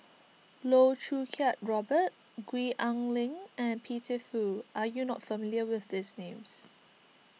Loh Choo Kiat Robert Gwee Ah Leng and Peter Fu are you not familiar with these names